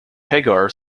hagar